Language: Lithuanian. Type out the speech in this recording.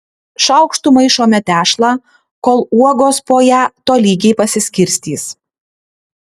šaukštu maišome tešlą kol uogos po ją tolygiai pasiskirstys